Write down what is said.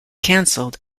cancelled